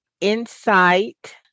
insight